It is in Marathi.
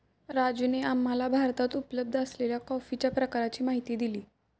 राजूने आम्हाला भारतात उपलब्ध असलेल्या कॉफीच्या प्रकारांची माहिती दिली